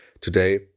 Today